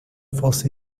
você